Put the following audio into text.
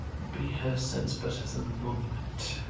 be her sense but as a monument,